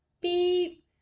beep